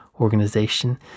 organization